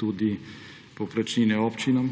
tudi povprečnine občinam,